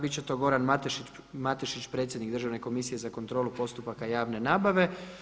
Bit će to Goran Matešić predsjednik Državne komisije za kontrolu postupaka javne nabave.